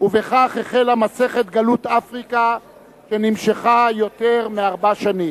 ובכך החלה מסכת גלות אפריקה שנמשכה יותר מארבע שנים.